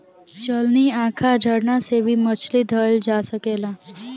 चलनी, आँखा, झरना से भी मछली धइल जा सकेला